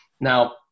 Now